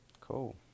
Cool